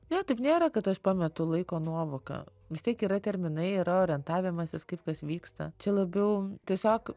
ne taip nėra kad aš pametu laiko nuovoką vis tiek yra terminai yra orientavimasis kaip kas vyksta čia labiau tiesiog